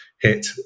hit